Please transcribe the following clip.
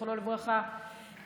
זיכרונו לברכה,